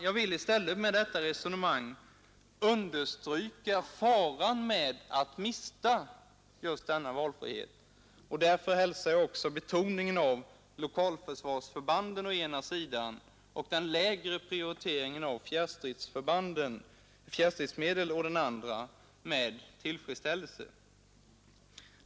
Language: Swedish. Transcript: Jag vill i stället med detta resonemang understryka faran av att mista denna valfrihet. Därför hälsar jag också betoningen av lokalförsvarsförbanden å ena sidan och den lägre prioriteringen av fjärrstridsförbanden å andra sidan med tillfredsställelse.